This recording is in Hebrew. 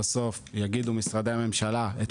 שמשרדי הממשלה יגידו,